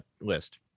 list